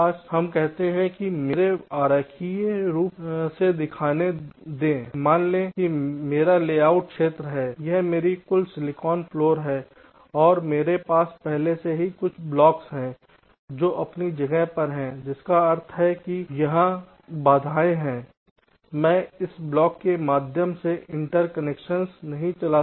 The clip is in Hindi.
हमें कहते हैं कि मुझे आरेखीय रूप से दिखाने दें मान लें कि मेरा लेआउट क्षेत्र है यह मेरी कुल सिलिकॉन फ्लोर है और मेरे पास पहले से ही कुछ ब्लॉक हैं जो अपनी जगह पर है जिसका अर्थ है कि यह बाधाएं हैं मैं इस ब्लॉक के माध्यम से इंटरकनेक्शन्स नहीं चला सकता